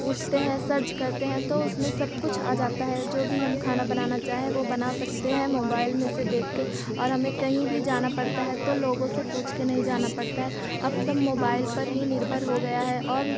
पूछते हैं सर्च करते हैं तो उसमें सब कुछ आ जाता है जो भी हम खाना बनाना चाहें वह बना सकते हैं मोबाइल में से देखकर और हमें कहीं भी जाना पड़ता है तो लोगों से पूछ के नहीं जाना पड़ता है अब सब मोबाइल पर ही निर्भर हो गया है और